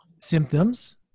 symptoms